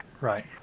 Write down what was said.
Right